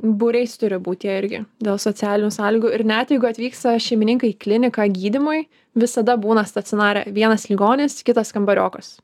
būriais turi būt jie irgi dėl socialinių sąlygų ir net jeigu atvyksta šeimininkai į kliniką gydymui visada būna stacionare vienas ligonis kitas kambariokas